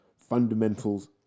fundamentals